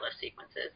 sequences